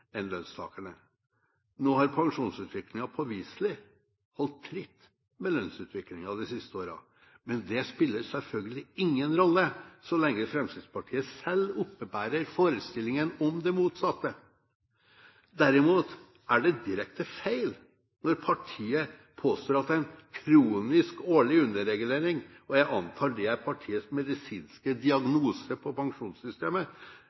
Nå har pensjonsutviklingen påviselig holdt tritt med lønnsutviklingen de siste årene, men det spiller selvfølgelig ingen rolle så lenge Fremskrittspartiet selv oppebærer forestillingen om det motsatte. Derimot er det direkte feil når partiet påstår at en «kronisk» årlig underregulering – og jeg antar det er partiets medisinske